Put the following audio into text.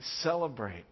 celebrate